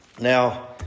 now